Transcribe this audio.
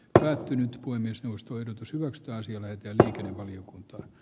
päätynyt kuin myös nostoyritys ostaisi ole vieläkään valiokunta o